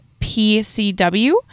pcw